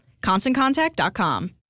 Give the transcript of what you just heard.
ConstantContact.com